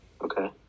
Okay